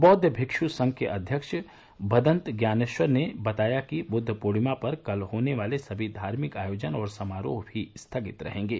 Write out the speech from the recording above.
बौद्व भिक्ष् संघ के अध्यक्ष भदन्त ज्ञानेश्वर ने बताया कि बुद्व पूर्णिमा पर कल होने वाले सभी धार्मिक आयोजन और समारोह भी स्थगित रहेंगे